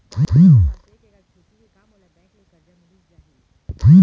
मोर पास एक एक्कड़ खेती हे का मोला बैंक ले करजा मिलिस जाही?